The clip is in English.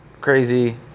crazy